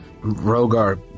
Rogar